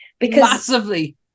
Massively